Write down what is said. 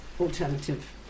alternative